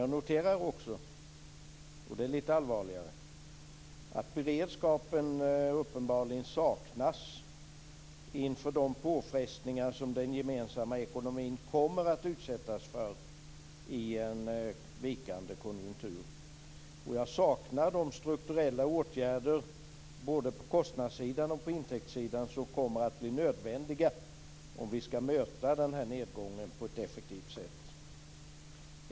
Jag noterade också - och det är lite allvarligare - att beredskapen uppenbarligen saknas inför de påfrestningar som den gemensamma ekonomin kommer att utsättas för i en vikande konjunktur. Och jag saknar de strukturella åtgärder, både på kostnadssidan och på intäktssidan, som kommer att bli nödvändiga, om vi ska möta denna nedgång på ett effektivt sätt.